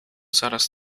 zaraz